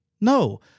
No